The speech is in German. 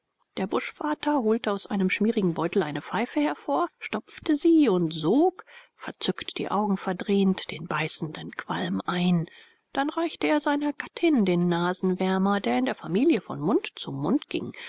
der buschvater holte aus einem schmierigen beutel eine pfeife hervor stopfte sie und sog verzückt die augen verdrehend den beißenden qualm ein dann reichte er seiner gattin den nasenwärmer der in der familie von mund zu mund ging